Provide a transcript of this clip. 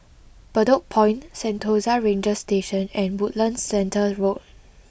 Bedok Point Sentosa Ranger Station and Woodlands Centre Road